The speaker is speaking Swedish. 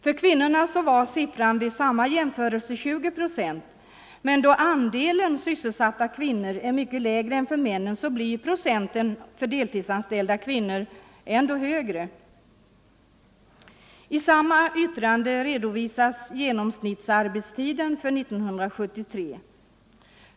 För kvinnorna var siffran vid samma jämförelse 20 procent, men då andelen sysselsatta bland kvinnorna är mycket lägre än bland männen blir procenten totalt för kvinnorna ännu högre. I samma yttrande redovisas genomsnittsarbetstiden år 1973.